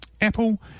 Apple